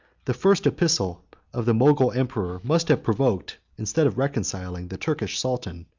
the first epistle of the mogul emperor must have provoked, instead of reconciling, the turkish sultan,